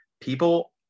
people